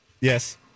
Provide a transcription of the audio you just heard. Yes